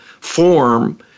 form